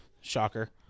Shocker